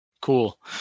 cool